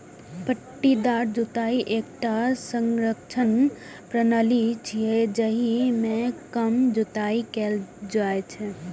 पट्टीदार जुताइ एकटा संरक्षण प्रणाली छियै, जाहि मे कम जुताइ कैल जाइ छै